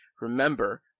remember